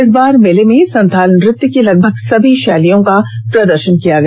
इस बार मेले में संथाल नृत्य की लगभग सभी शैलियों का प्रदर्शन किया गया